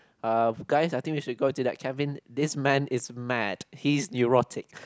uh guy I think we should go to the cabin this man is mad he is heretic